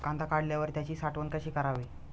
कांदा काढल्यावर त्याची साठवण कशी करावी?